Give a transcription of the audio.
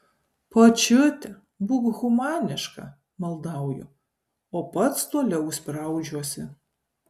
pačiute būk humaniška maldauju o pats toliau spraudžiuosi